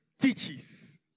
teaches